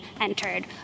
entered